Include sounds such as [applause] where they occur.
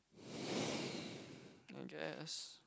[breath] I guess